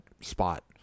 spot